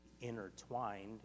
intertwined